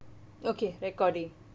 okay recording